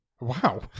Wow